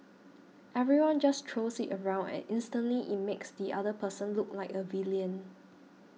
everyone just throws it around and instantly it makes the other person look like a villain